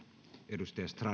yli